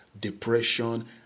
depression